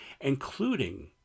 including